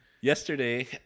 Yesterday